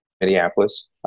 Minneapolis